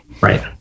right